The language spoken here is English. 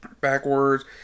Backwards